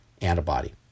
antibody